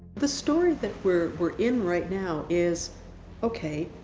the story that we're we're in, right now, is okay,